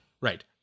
Right